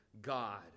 God